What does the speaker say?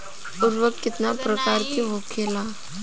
उर्वरक कितना प्रकार के होखेला?